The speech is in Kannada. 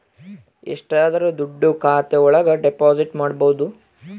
ಎಷ್ಟಾದರೂ ದುಡ್ಡು ಖಾತೆ ಒಳಗ ಡೆಪಾಸಿಟ್ ಮಾಡ್ಬೋದು